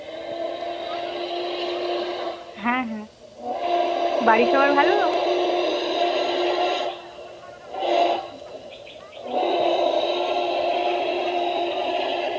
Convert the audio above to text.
হ্যাঁ হ্যাঁ বাড়ির সবাই ভালো